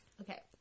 Okay